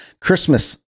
Christmas